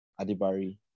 Adibari